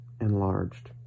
enlarged